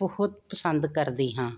ਬਹੁਤ ਪਸੰਦ ਕਰਦੀ ਹਾਂ